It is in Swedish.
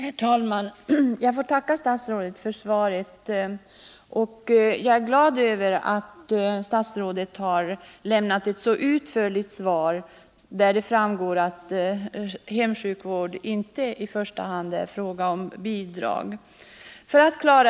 Herr talman! Jag tackar statsrådet för svaret. Jag är glad över att statsrådet har lämnat ett så utförligt svar, av vilket det framgår att hemsjukvård inte i första hand är en fråga om bidrag.